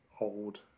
old